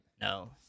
No